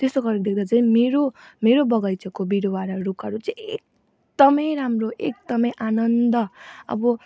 त्यस्तो गरेको देख्दा चाहिँ मेरो मेरो बगैँचाको बिरुवा र रुखहरू चाहिँ एकदमै राम्रो एकदमै आनन्द अब